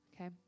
okay